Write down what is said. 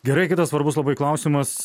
gerai kitas svarbus labai klausimas